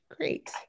Great